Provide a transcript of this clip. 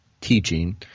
teaching